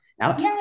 out